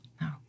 No